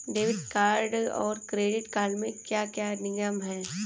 Debit card और credit card के क्या क्या नियम हैं?